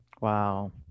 Wow